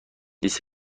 لیست